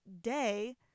day